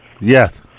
Yes